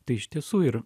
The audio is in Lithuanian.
tai iš tiesų ir